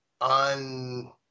on